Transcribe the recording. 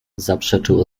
zaprzeczył